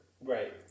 Right